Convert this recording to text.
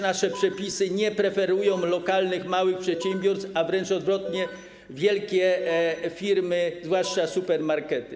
Nasze przepisy nie preferują lokalnych, małych przedsiębiorstw, a wręcz odwrotnie - wielkie firmy, zwłaszcza supermarkety.